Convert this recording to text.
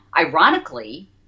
ironically